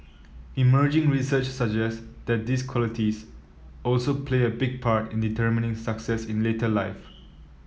emerging research suggests that these qualities also play a big part in determining success in later life